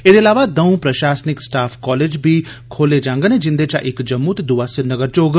एह्दे इलावा द'ऊं प्रशासनिक स्टाफ कॉलेज बी खोले जांडन जिन्दे चा इक जम्मू च ते दुआ श्रीनगर च होग